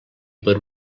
per